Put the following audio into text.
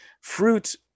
Fruit